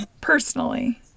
personally